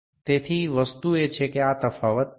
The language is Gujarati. તેથી વસ્તુ એ છે કે આ તફાવત 0